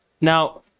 Now